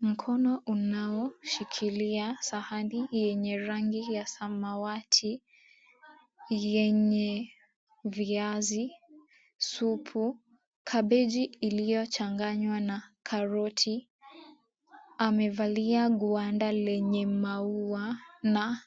Mkono unaoshikilia sahani yenye rangi ya samawati yenye viazi, supu, kabeji iliyochanganywa na karoti. Amevalia gwanda lenye maua na